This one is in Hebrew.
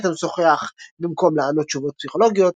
את המשוחח במקום לענות תשובות פסיכולוגיות.